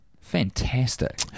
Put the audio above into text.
fantastic